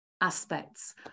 aspects